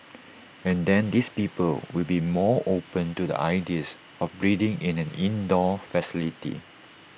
and then these people will be more open to the ideas of breeding in an indoor facility